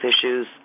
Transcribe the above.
issues